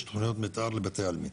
יש תוכניות מתאר לבתי עלמין,